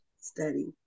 Study